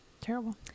Terrible